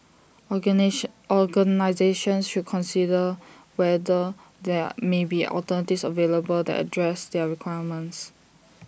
organisations should consider whether there may be alternatives available that address their requirements